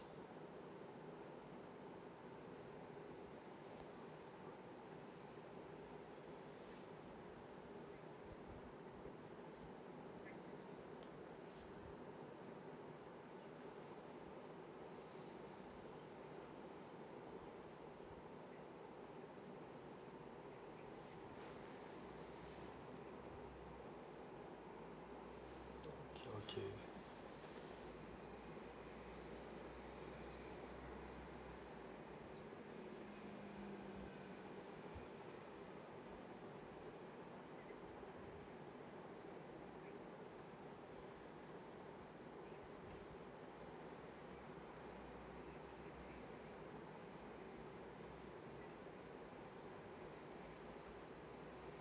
okay